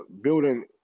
building